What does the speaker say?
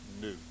new